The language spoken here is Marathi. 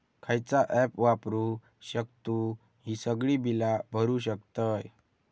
खयचा ऍप वापरू शकतू ही सगळी बीला भरु शकतय?